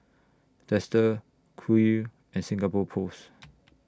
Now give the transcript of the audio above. Dester Qoo and Singapore Post